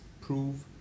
prove